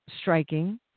striking